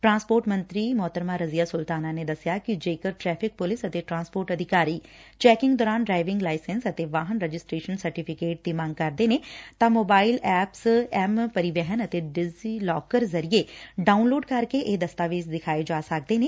transport ਮੰਤਰੀ ਰਜ਼ੀਆ ਸੁਲਤਾਨਾ ਨੇ ਦਸਿਆ ਕਿ ਜੇਕਰ ਟ੍ਟੈਫਿਕ ਪੁਲਿਸ ਅਤੇ ਟਰਾਸਪੋਰਟ ਅਧਿਕਾਰੀ ਚੈਕਿੰਗ ਦੌਰਾਨ ਡਰਈਵਿੰਗ ਲਾਇਸੈਂਸ ਅਤੇ ਵਾਹਨ ਰਜਿਸਟ੍ੇਸ਼ਨ ਸਰਟੀਫਿਕੇਟ ਦੀ ਮੰਗ ਕਰਦੇ ਨੇ ਤਾਂ ਮੋਬਾਇਲ ਐਪਸ ਐਮ ਪਰਿਵਹਨ ਅਤੇ ਡਿਜੀਲਾਕਰ ਜ਼ਰੀਏ ਡਾਉਨਲੋਡ ਕਰਕੇ ਇਹ ਦਸਤਾਵੇਜ਼ ਦਿਖਾਏ ਜਾ ਸਕਦੇ ਨੇ